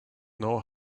know